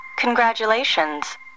Congratulations